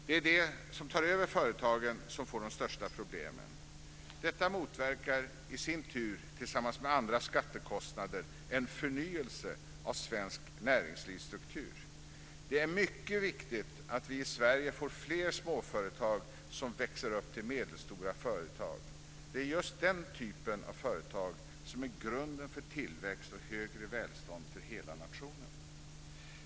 Det är de som tar över företagen som får de största problemen. Detta motverkar i sin tur, tillsammans med andra skattekostnader, en förnyelse av svensk näringslivsstruktur. Det är mycket viktigt att vi i Sverige får fler småföretag som växer upp till medelstora företag. Det är just den typen av företag som är grunden för tillväxt och högre välstånd för hela nationen.